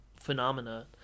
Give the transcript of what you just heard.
phenomena